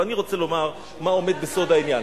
אבל אני רוצה לומר מה עומד בסוד העניין,